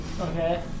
Okay